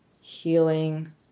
healing